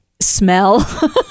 smell